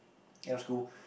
end of school